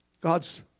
God's